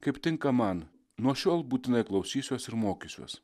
kaip tinka man nuo šiol būtinai klausysiuos ir mokysiuos